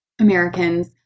Americans